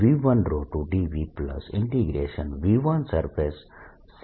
V12dVV1surface2dSV21dV V2surface1dS છે